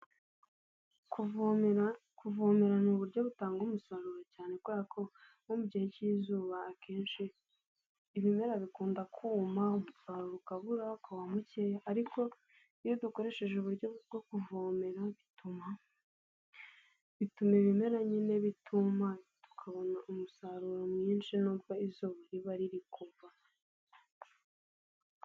Kuvomera, kuvomera ni uburyo butanga umusaruro cyane nko mu gihe k'zuba akenshi ibimera bikunda kuma, umusaruro ukabura ukaba mukeya ariko iyo dukoresheje uburyo bwo kuvomera bituma ibimera nyine bituma tukabona umusaruro mwinshi nubwo izuba riba riri kuva.